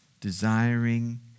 desiring